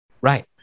Right